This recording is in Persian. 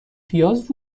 پیاز